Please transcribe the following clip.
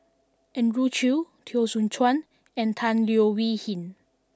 Andrew Chew Teo Soon Chuan and Tan Leo Wee Hin